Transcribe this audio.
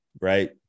Right